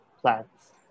plants